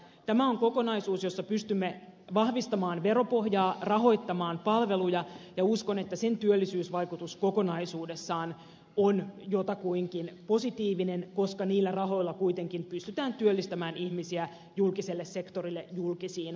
tämä on kokonaisuus jossa pystymme vahvistamaan veropohjaa rahoittamaan palveluja ja uskon että sen työllisyysvaikutus kokonaisuudessaan on jotakuinkin positiivinen koska niillä rahoilla kuitenkin pystytään työllistämään ihmisiä julkiselle sektorille julkisiin palveluihin